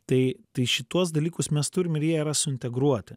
tai tai šituos dalykus mes turim ir jie yra suintegruoti